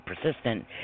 persistent